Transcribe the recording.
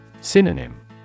Synonym